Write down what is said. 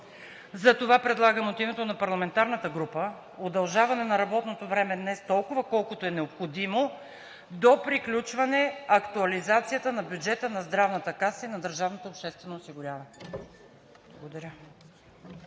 Затова от името на парламентарната група предлагам удължаване на работното време днес толкова, колкото е необходимо до приключване актуализацията на бюджета на Здравната каса и на държавното обществено осигуряване. Благодаря